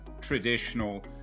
traditional